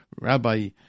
Rabbi